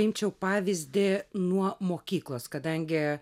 imčiau pavyzdį nuo mokyklos kadangi